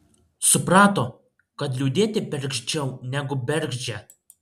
suprato kad liūdėti bergždžiau negu bergždžia